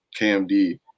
KMD